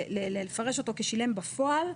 כלומר, לפרש אותו כשילם בפועל,